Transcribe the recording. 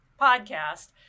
podcast